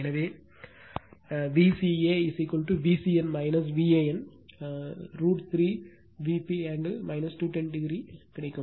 இதேபோல் Vca Vcn Van இதேபோல் root 3 Vp angle 210o கிடைக்கும்